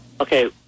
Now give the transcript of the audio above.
Okay